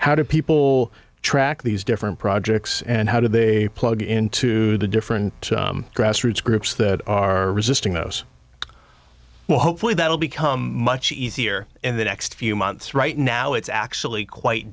how do people track these different projects and how do they plug into the different grassroots groups that are resisting those well hopefully that will become much easier in the next few months right now it's actually quite